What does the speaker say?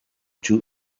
two